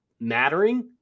mattering